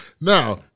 Now